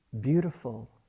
beautiful